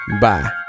bye